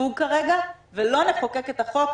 לפוג כרגע ולא לחוקק את החוק,